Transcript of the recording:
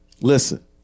listen